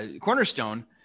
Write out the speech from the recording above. cornerstone